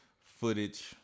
footage